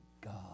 God